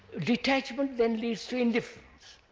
detachment then leads to indifference,